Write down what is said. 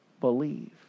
believe